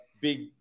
big